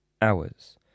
hours